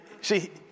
See